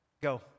go